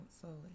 slowly